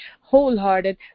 wholehearted